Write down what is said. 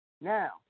Now